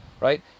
right